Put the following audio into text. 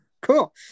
cool